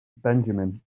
benjamin